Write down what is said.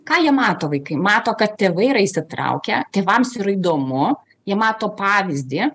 ką jie mato vaikai mato kad tėvai yra įsitraukę tėvams yra įdomu jie mato pavyzdį